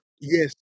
Yes